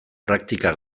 praktika